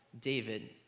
David